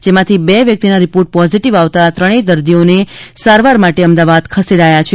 જેમાંથી બે વ્યક્તિના રીપોર્ટ પોઝીટીવ આવતા ત્રણેય દર્દીઓને સારવાર માટે અમદાવાદ ખસેડાયા છે